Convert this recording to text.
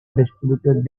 distributed